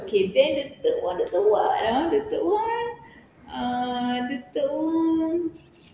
okay then the third one the third one the third one uh the third one